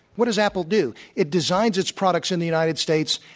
what does apple do? it designs its products in the united states,